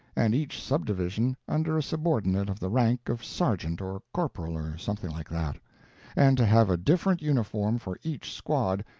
and each subdivision under a subordinate of the rank of sergeant or corporal or something like that and to have a different uniform for each squad,